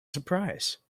surprise